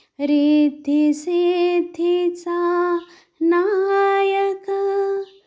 रिद्धी सिद्धीचा नायक